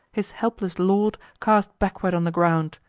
his helpless lord cast backward on the ground.